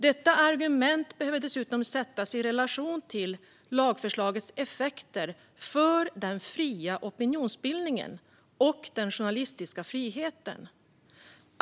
Detta argument behöver dessutom sättas i relation till lagförslagets effekter för den fria opinionsbildningen och den journalistiska friheten.